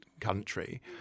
country